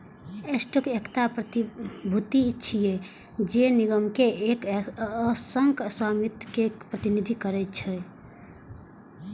stock एकटा प्रतिभूति छियै, जे निगम के एक अंशक स्वामित्व के प्रतिनिधित्व करै छै